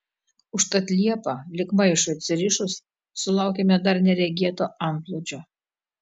užtat liepą lyg maišui atsirišus sulaukėme dar neregėto antplūdžio